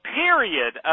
period